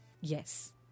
Yes